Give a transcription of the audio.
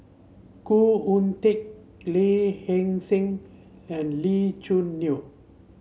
Khoo Oon Teik Lee Heng Seng and Lee Choo Neo